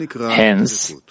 Hence